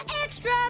extra